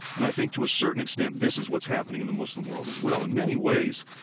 and i think to a certain extent, this is what's happening in the muslim world as well. in many ways,